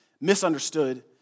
misunderstood